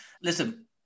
Listen